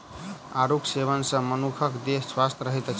आड़ूक सेवन सॅ मनुखक देह स्वस्थ रहैत अछि